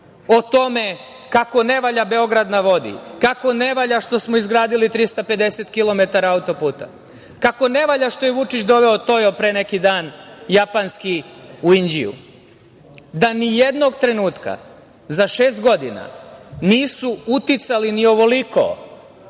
o tome kako ne valja „Beograd na vodi“, kako ne valja što smo izgradili 350 kilometara auto-puta, kako ne valja što je Vučić doveo „Tojo“ pre neki dan, japanski u Inđiju, da ni jednog trenutka za šest godina nisu uticali ni ovoliko